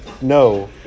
no